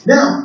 Now